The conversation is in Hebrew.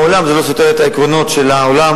לעולם זה לא סותר את העקרונות של העולם